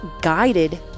guided